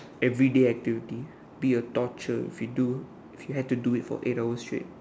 everyday activities be a torture if you do if you had to do it for eight hours straight